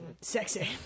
Sexy